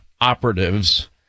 operatives